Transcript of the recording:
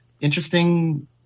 interesting